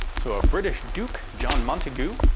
so a british duke, john montagu,